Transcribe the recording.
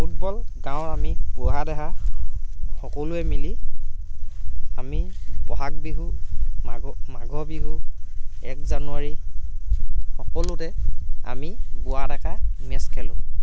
football গাঁৱৰ আমি বুঢ়া দেহা সকলোৱে মিলি আমি বহাগ বিহু মাঘৰ মাঘৰ বিহু এক জানুৱাৰী সকলোতে আমি বুঢ়া ডেকা মেট্চ্ছ খেলোঁ